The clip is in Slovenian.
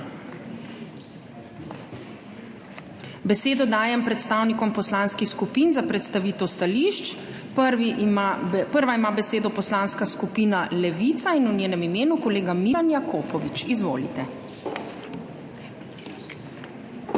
Besedo dajem predstavnikom poslanskih skupin za predstavitev stališč. Prvi ima, prva ima besedo Poslanska skupina Levica in v njenem imenu kolega Milan Jakopovič. Izvolite.